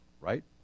right